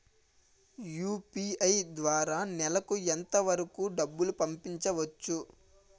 UPI ద్వారా నెలకు ఎంత వరకూ డబ్బులు పంపించవచ్చు?